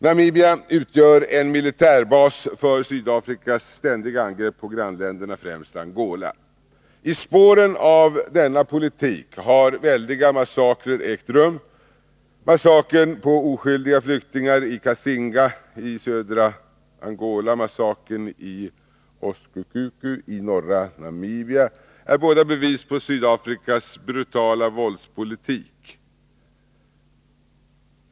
Namibia utgör en militärbas för Sydafrikas ständiga angrepp på grannländerna, främst Angola. I spåren av denna politik har väldiga massakrer ägt rum. Massakern på oskyldiga flyktingar i Kasinga i södra Angola och massakern i Oskukuku i norra Namibia är båda bevis på Sydafrikas brutala våldspolitik.